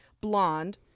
Blonde